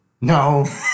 No